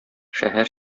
шәһәр